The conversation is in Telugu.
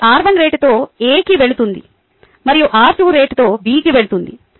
ఇది r1 రేటుతో A కి వెళుతుంది మరియు r2 రేటుతో B కి వెళుతుంది